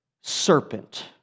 serpent